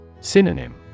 Synonym